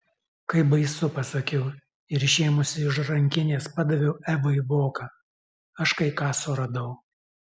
kaip baisu pasakiau ir išėmusi iš rankinės padaviau evai voką aš kai ką suradau